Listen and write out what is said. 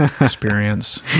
experience